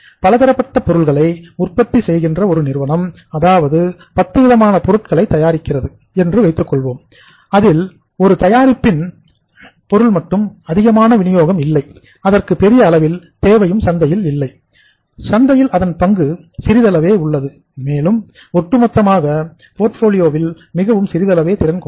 பலதரப்பட்ட பொருள்களை உற்பத்தி செய்கின்ற ஒரு நிறுவனம் அதாவது பத்து விதமான பொருட்களைதயாரிக்கின்றது என்று வைத்துக்கொள்வோம் அதில் ஒரு தயாரிப்பின் மிகவும் சிறிதளவேசெயல்திறன் கொண்டது